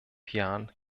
jahren